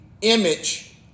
image